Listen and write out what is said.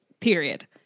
period